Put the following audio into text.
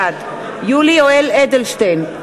בעד יולי יואל אדלשטיין,